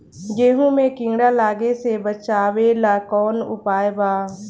गेहूँ मे कीड़ा लागे से बचावेला कौन उपाय बा?